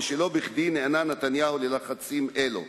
ולא בכדי נענה נתניהו ללחצים אלו.